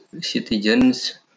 citizens